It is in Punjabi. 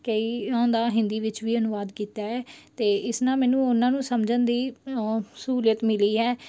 ਕਈਆਂ ਦਾ ਹਿੰਦੀ ਵਿੱਚ ਵੀ ਅਨੁਵਾਦ ਕੀਤਾ ਹੈ ਅਤੇ ਇਸ ਨਾਲ ਮੈਨੂੰ ਉਹਨਾਂ ਨੂੰ ਸਮਝਣ ਦੀ ਉਹ ਸਹੂਲਤ ਮਿਲੀ ਹੈ